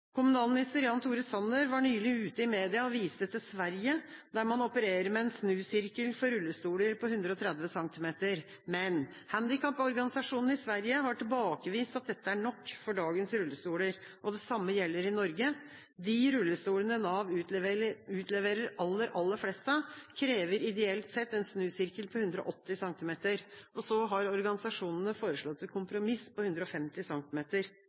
Kommunalminister Jan Tore Sanner var nylig ute i media og viste til Sverige, der man opererer med en snusirkel for rullestoler på 130 cm. Men handikaporganisasjonene i Sverige har tilbakevist at dette er nok for dagens rullestoler, og det samme gjelder i Norge. De rullestolene Nav utleverer aller, aller flest av, krever ideelt sett en snusirkel på 180 cm. Så har organisasjonene foreslått et kompromiss på 150